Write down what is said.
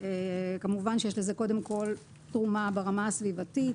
כמובן שיש לזה קודם כל תרומה ברמה הסביבתית